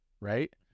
right